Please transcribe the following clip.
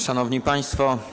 Szanowni Państwo!